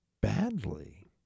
badly